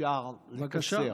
אפשר לקצר.